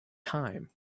time